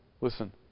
Listen